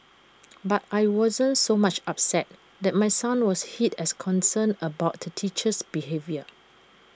but I wasn't so much upset that my son was hit as concerned about the teacher's behaviour